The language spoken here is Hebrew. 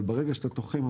אבל ברגע שאתה תוחם,